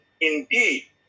Indeed